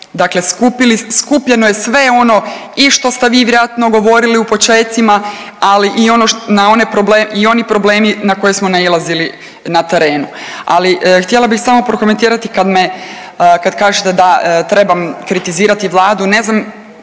skupili, skupljeno je sve ono i što ste vi vjerojatno govorili u počecima, ali i ono, na one, i oni problemi na koje smo nailazili na terenu. Ali htjela bi samo prokomentirati kad me, kad kažete da trebam kritizirati Vladu, ne znam,